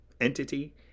entity